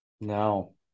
No